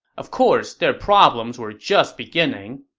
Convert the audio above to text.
of course, their problems were just beginning.